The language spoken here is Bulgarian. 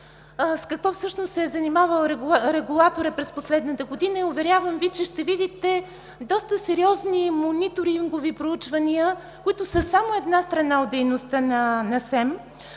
с какво всъщност се е занимавал регулаторът през последната година. Уверявам Ви, че ще видите доста сериозни мониторингови проучвания, които са само една страна от дейността на СЕМ.